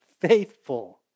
faithful